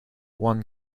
one